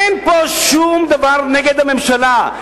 אין פה שום דבר נגד הממשלה.